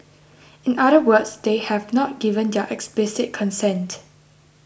in other words they have not given their explicit consent